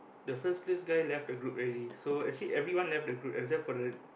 the first place guy left the group already so actually everyone left the group except for the